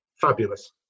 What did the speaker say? Fabulous